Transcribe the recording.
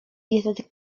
dietetyk